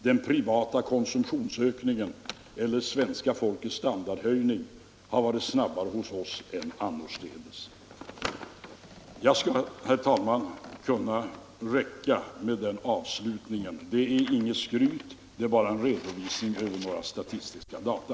Den privata konsumtionsökningen — eller folkets standardhöjning — har varit snabbare hos oss än annorstädes. Herr talman! Det skulle kunna räcka med den avslutningen. Det är inget skryt, det är bara en redovisning över några statistiska data.